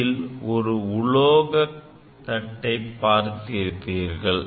அதில் ஒரு உலோக தட்டை பார்த்திருப்பீர்கள்